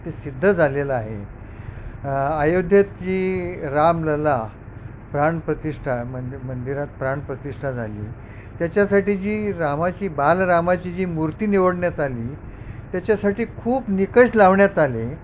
ते सिद्ध झालेलं आहे योध्येत जी रामलल्ला प्राणप्रतिष्ठा मंदि मंदिरात प्राणप्रतिष्ठा झाली त्याच्यासाठी जी रामाची बालरामाची जी मूर्ती निवडण्यात आली त्याच्यासाठी खूप निकष लावण्यात आले